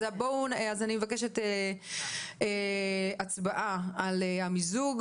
אני מבקשת הצבעה על המיזוג.